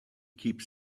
keeps